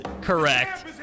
correct